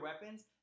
weapons